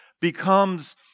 becomes